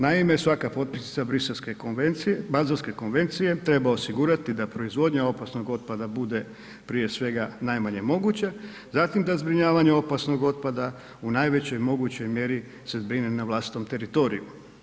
Naime, svaka potpisnica Briselske konvencije, Bazelske konvencije, treba osigurati da proizvodnja opasnog otpada bude, prije svega najmanje moguća, zatim da zbrinjavanje otpadnog otpada u najvećoj mogućoj mjeri se zbrine na vlastitom teritoriju.